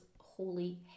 Holy